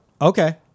Okay